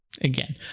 Again